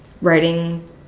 writing